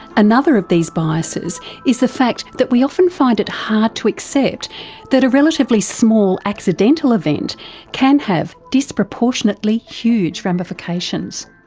another of these biases is the fact that we often find it hard to accept that a relatively small accidental event can have disproportionally huge ramifications.